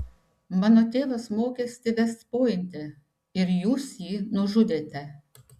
mano tėvas mokėsi vest pointe ir jūs jį nužudėte